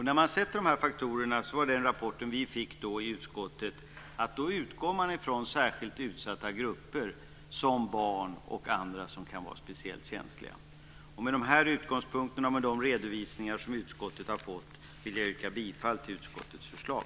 När man sätter de här faktorerna utgår man enligt den rapport vi fick i utskottet från särskilt utsatta grupper som barn och andra som kan vara speciellt känsliga. Med de utgångspunkterna och med de redovisningar som utskottet har fått vill jag yrka bifall till utskottets förslag.